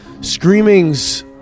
screamings